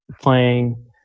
playing